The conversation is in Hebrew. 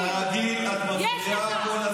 יש לך.